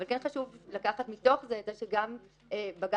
אבל כן חשוב לקחת מתוך זה את זה שגם בג"צ